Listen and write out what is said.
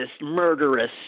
murderous